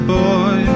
boy